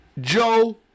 joe